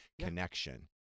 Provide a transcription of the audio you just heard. connection